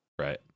right